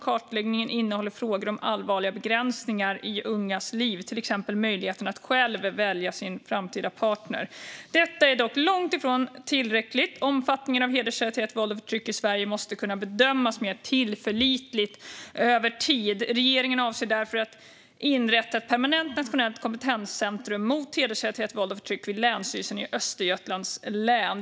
Kartläggningen innehåller frågor om allvarliga begränsningar i ungas liv, till exempel av möjligheten att själv välja sin framtida partner. Detta är dock långt ifrån tillräckligt. Omfattningen av hedersrelaterat våld och förtryck i Sverige måste kunna bedömas mer tillförlitligt över tid. Regeringen avser därför att inrätta ett permanent nationellt kompetenscentrum mot hedersrelaterat våld och förtryck vid Länsstyrelsen i Östergötlands län.